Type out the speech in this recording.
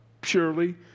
Purely